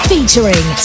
Featuring